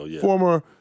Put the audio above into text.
former